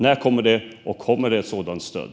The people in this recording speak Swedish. När kommer ett stöd?